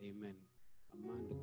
Amen